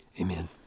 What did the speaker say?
amen